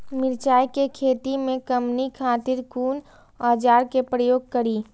मिरचाई के खेती में कमनी खातिर कुन औजार के प्रयोग करी?